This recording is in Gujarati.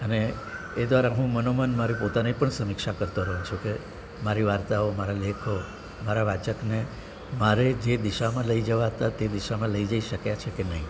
એ દ્વારા હું મનોમન મારી પોતાની પણ સમીક્ષા કરતો રહું છું કે મારી વાર્તાઓ મારા લેખો મારા વાચકને મારે જે દિશામાં લઈ જવા તા તે દિશામાં લઈ જઈ શક્યા છે કે નહિ